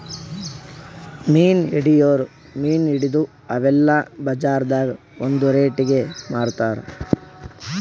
ಮೀನ್ ಹಿಡಿಯೋರ್ ಮೀನ್ ಹಿಡದು ಅವೆಲ್ಲ ಬಜಾರ್ದಾಗ್ ಒಂದ್ ರೇಟಿಗಿ ಮಾರ್ತಾರ್